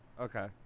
Okay